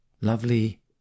Lovely